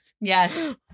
yes